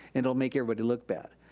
and it'll make everybody look bad.